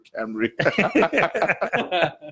Camry